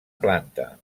planta